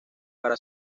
para